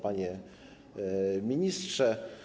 Panie Ministrze!